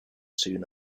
soon